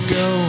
go